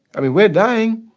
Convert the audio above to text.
i mean, we're dying.